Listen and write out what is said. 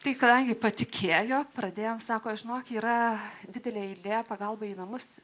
tai kadangi patikėjo pradėjome sako žinok yra didelė eilė pagalbą į namus